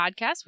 Podcast